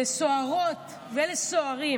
לסוהרות ולסוהרים,